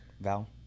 Val